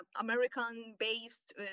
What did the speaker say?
American-based